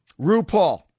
RuPaul